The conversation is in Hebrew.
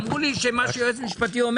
ואמרו לי שמה שאומר יועץ משפטי,